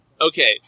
Okay